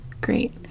Great